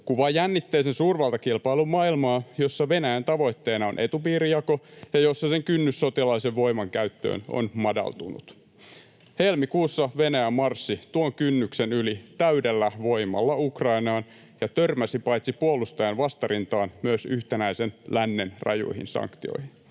kuvaa jännitteisen suurvaltakilpailun maailmaa, jossa Venäjän tavoitteena on etupiirijako ja jossa sen kynnys sotilaallisen voiman käyttöön on madaltunut. Helmikuussa Venäjä marssi tuon kynnyksen yli täydellä voimalla Ukrainaan ja törmäsi paitsi puolustajan vastarintaan myös yhtenäisen lännen rajuihin sanktioihin.